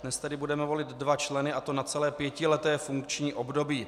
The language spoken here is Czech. Dnes tedy budeme volit dva členy, a to na celé pětileté funkční období.